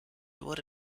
wurde